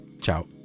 ciao